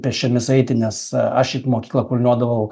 pėsčiomis eiti nes aš į mokykla kulniuodavau